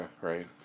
right